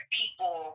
people